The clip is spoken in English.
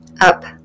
Up